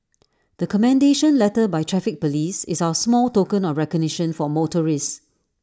the commendation letter by traffic Police is our small token of recognition for motorists